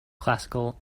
classical